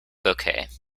bouquet